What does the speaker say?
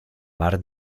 mar